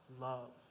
love